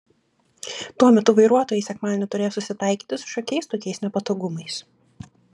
tuo metu vairuotojai sekmadienį turės susitaikyti su šiokiais tokiais nepatogumais